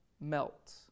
melt